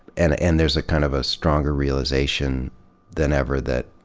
and and there's a kind of a stronger realization than ever that